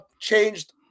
changed